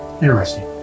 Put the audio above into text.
Interesting